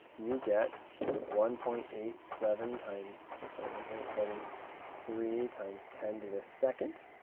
you get one point eight seven time sorry, one point eight seven three times ten to the second,